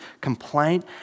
complaint